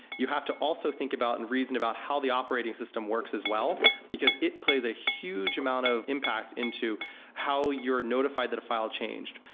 you have to also think about and reason about how the operating system works as well because it plays a huge amount of impact into how you're notified that a file changed.